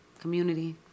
community